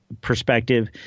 perspective